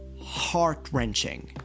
heart-wrenching